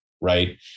right